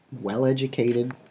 well-educated